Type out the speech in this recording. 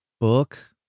book